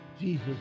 Jesus